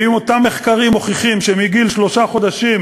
ואם אותם מחקרים מוכיחים שמגיל שלושה חודשים